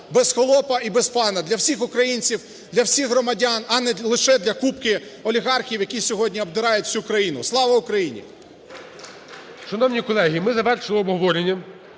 без холопа, і без пана для всіх українців, для всіх громадян, а не лише для купки олігархів, які сьогодні обдирають всю країну. Слава Україні!